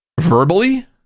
verbally